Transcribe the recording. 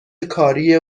کاریه